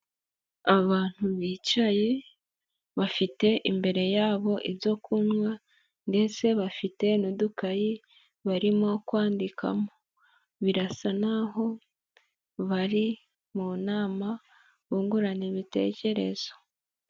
Abantu bicaye bafite imbere yabo ibyo kunywa ndetse bafite n'udukayi barimo kwandikamo, birasa n'aho bari mu nama bungurana ibitekerezo.